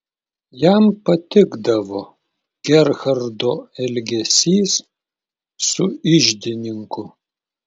jam patikdavo gerhardo elgesys su iždininku